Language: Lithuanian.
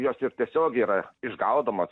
jos ir tiesiogiai yra išgaudomos